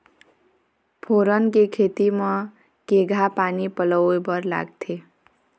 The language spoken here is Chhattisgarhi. फोरन के खेती म केघा पानी पलोए बर लागथे?